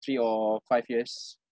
three or five years